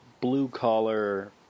blue-collar